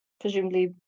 Presumably